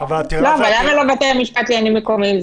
למה לא בתי המשפט לעניינים מקומיים?